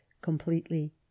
completely